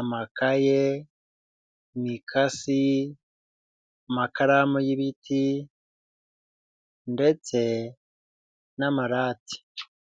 amakaye, imikasi amakaramu y'ibiti ndetse n'amarate.